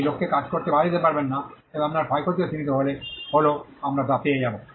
আপনি লোককে কাজ করতে বাধা দিতে পারবেন না এবং আপনার ক্ষয়ক্ষতিও সীমিত হল আমরা তা পেয়ে যাব